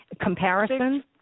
comparison